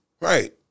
Right